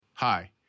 Hi